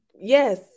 Yes